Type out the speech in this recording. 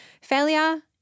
failure